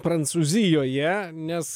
prancūzijoje nes